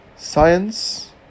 science